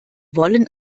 wollen